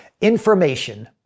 Information